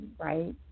right